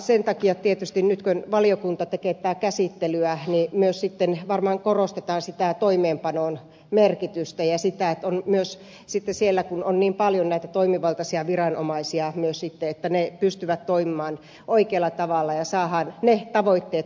sen takia tietysti nyt kun valiokunta tekee tätä käsittelyä myös sitten varmaan korostetaan sitä toimeenpanon merkitystä ja sitä että myös siellä kun on niin paljon näitä toimivaltaisia viranomaisia ne pystyvät toimimaan oikealla tavalla ja saadaan ne tavoitteet toteutettua joita tässä on esitetty